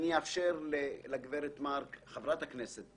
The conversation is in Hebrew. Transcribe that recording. אני אאפשר לחברת הכנסת